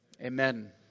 amen